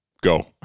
Go